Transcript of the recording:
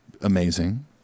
amazing